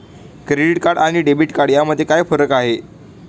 Credit card आणि debit card यामध्ये काय फरक आहे?